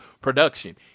production